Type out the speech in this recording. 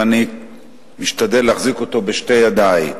ואני משתדל להחזיק אותו בשתי ידי.